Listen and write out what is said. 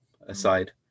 aside